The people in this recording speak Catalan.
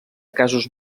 casos